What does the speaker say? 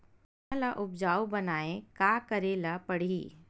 भुइयां ल उपजाऊ बनाये का करे ल पड़ही?